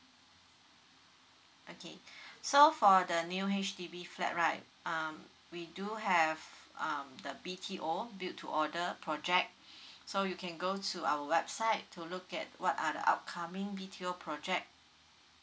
okay so for the new H_D_B flat right uh we do have uh the B_T_O build to order project so you can go to our website to look at what are the upcoming B_T_O project